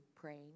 praying